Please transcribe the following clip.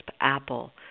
apple